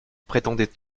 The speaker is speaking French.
prétendait